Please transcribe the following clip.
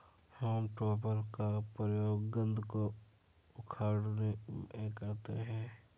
home टॉपर का प्रयोग कन्द को उखाड़ने में करते हैं